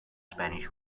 spanish